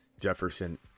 Jefferson